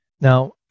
Now